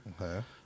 Okay